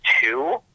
two